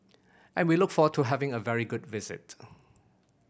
and we look forward to having a very good visit